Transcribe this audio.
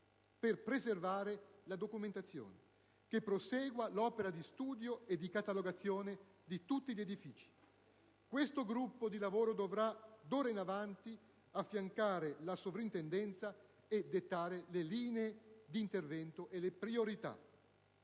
per preservarne la documentazione e che prosegua l'opera di studio e di catalogazione di tutti gli edifici. Questo gruppo di lavoro dovrà affiancare d'ora in avanti la soprintendenza e dettare le linee di intervento e le priorità.